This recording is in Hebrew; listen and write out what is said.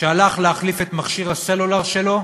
שהלך להחליף את מכשיר הסלולר שלו